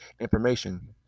information